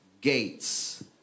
gates